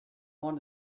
want